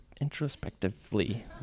introspectively